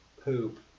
poop